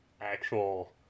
actual